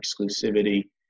exclusivity